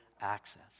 access